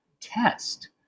test